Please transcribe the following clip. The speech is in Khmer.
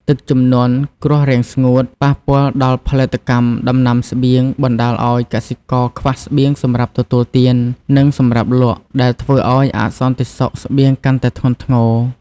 ទឹកជំនន់ គ្រោះរាំងស្ងួត ប៉ះពាល់ដល់ផលិតកម្មដំណាំស្បៀង បណ្តាលឱ្យកសិករខ្វះស្បៀងសម្រាប់ទទួលទាន និងសម្រាប់លក់ ដែលធ្វើឱ្យអសន្តិសុខស្បៀងកាន់តែធ្ងន់ធ្ងរ។